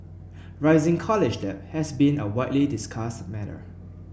rising college debt has been a widely discussed matter